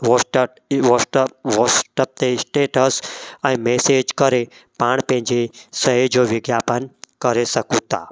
वॉस्टट वॉस्टप वॉस्टप ते स्टेटस ऐं मैसेज करे पाण पंहिंजे शइ जो विज्ञापन करे सघूं था